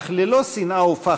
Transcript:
אך ללא שנאה ופחד,